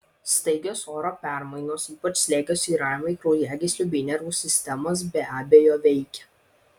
staigios oro permainos ypač slėgio svyravimai kraujagyslių bei nervų sistemas be abejo veikia